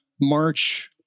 March